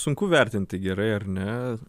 sunku vertinti gerai ar ne